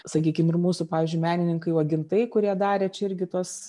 sakykim ir mūsų pavyzdžiui menininkai uogintai kurie darė čia irgi tuos